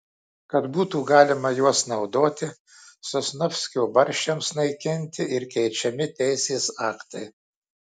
kad būtų galima juos naudoti sosnovskio barščiams naikinti ir keičiami teisės aktai